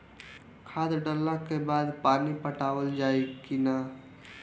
खाद डलला के बाद पानी पाटावाल जाई कि न?